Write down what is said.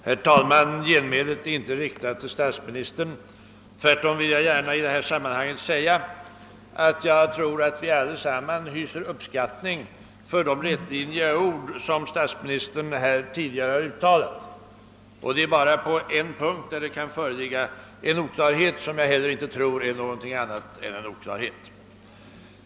Herr talman! Genmälet är inte riktat till statsministern. Tvärtom vill jag i detta sammanhang säga, att jag tror att vi allesammans hyser uppskattning: av den rätlinjighet som präglat statsministerns uttalanden nyss. Det är bara på en punkt som jag anser att det kan föreligga en oklarhet — jag tror att det inte rör sig om annat än just en oklarhet.